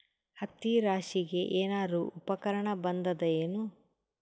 ಹತ್ತಿ ರಾಶಿಗಿ ಏನಾರು ಉಪಕರಣ ಬಂದದ ಏನು?